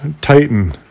Titan